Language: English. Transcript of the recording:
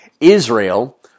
Israel